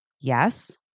Yes